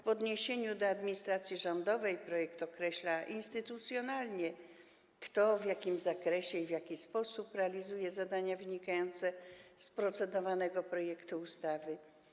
W odniesieniu do administracji rządowej projekt określa instytucjonalnie, kto, w jakim zakresie i w jaki sposób realizuje zadania wynikające z procedowanego projektu ustawy.